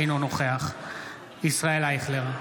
אינו נוכח ישראל אייכלר,